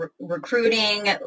recruiting